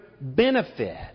benefit